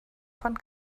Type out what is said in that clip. von